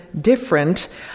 different